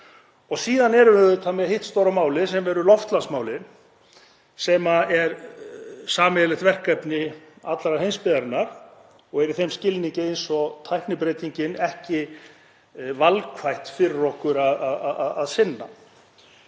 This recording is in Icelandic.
Síðan erum við með hitt stóra málið sem eru loftslagsmálin, sem eru sameiginlegt verkefni allrar heimsbyggðarinnar og eru í þeim skilningi eins og tæknibreytingin ekki valkvæð fyrir okkur að sinna.